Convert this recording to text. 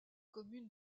commune